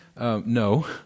No